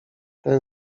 ten